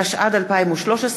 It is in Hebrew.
התשע"ד 2013,